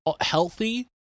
healthy